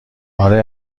آره